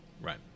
Right